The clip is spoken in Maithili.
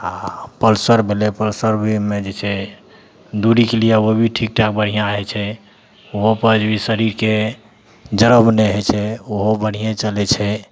आओर पल्सर भेलै पल्सर भी मे जे छै दूरीके लिए ओ भी ठिकठाक बढ़िआँ होइ छै ओहोपर भी शरीरके जरक नहि होइ छै ओहो बढ़िएँ चलै छै